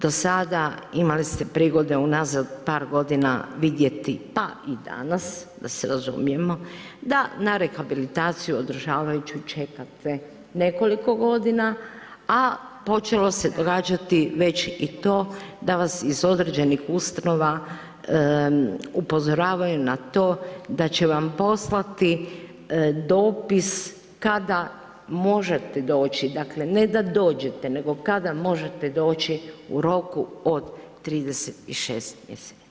Do sada, imali ste prigode unazad par godina vidjeti pa i danas, da se razumijemo, da na rehabilitaciju održavajuću čekate nekoliko godina, a počelo se događati već i to da vas iz određenih ustanova upozoravaju na to da će vam poslati dopis kada možete doći, dakle ne da dođete, nego kada možete doći u roku od 36 mjeseci.